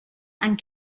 and